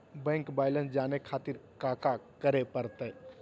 Bank balance जाने खातिर काका करे पड़तई?